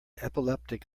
epileptic